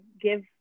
give